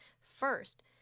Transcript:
First